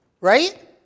Right